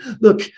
Look